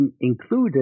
included